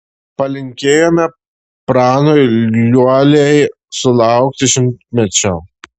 palinkėjome pranui liuoliai sulaukti šimtmečio